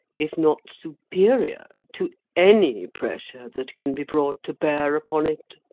if not superior, to any pressure that can be brought to bear upon it.